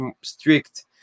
strict